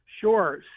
Sure